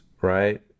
right